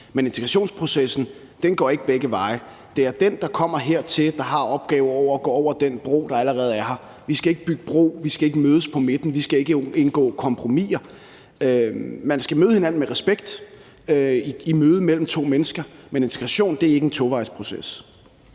men integrationsprocessen går ikke begge veje. Det er den, der kommer hertil, der har den opgave at gå over den bro, der allerede er her. Vi skal ikke bygge bro, vi skal ikke mødes på midten, vi skal ikke indgå kompromiser. Man skal møde hinanden med respekt i mødet mellem to mennesker, men integration er ikke en tovejsproces.